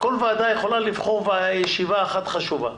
כל ועדה יכולה לבחור ישיבה אחת חשובה.